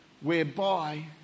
whereby